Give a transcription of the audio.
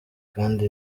kandi